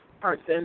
person